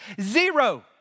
Zero